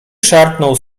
szarpnął